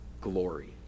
glory